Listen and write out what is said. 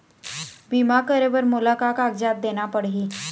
बीमा करे बर मोला का कागजात देना पड़ही?